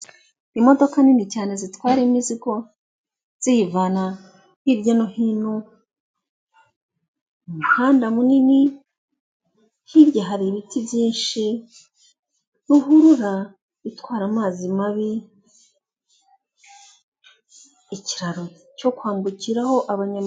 Imodoka nini cyane zitwara imizigo ziyivana hirya no hino, umuhanda munini hirya hari ibiti byinshi. Ruhurura itwara amazi mabi, ikiraro cyo kwambukiraho abanyaguru.